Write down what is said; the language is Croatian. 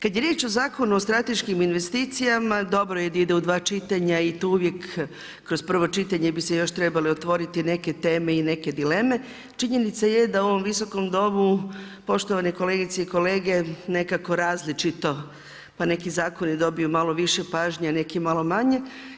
Kada je riječ o Zakonu o strateškim investicijama dobro je da ide u dva čitanja i tu uvijek kroz prvo čitanje bi se još trebale otvoriti neke teme i neke dileme, činjenica je da u ovom Visokom domu poštovane kolegice i kolege, nekako različito pa neki zakoni dobiju malo više pažnje, a neki malo manje.